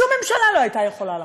שום ממשלה לא הייתה לא יכולה לכם.